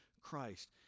Christ